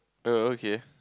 err okay